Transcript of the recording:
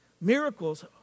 Miracles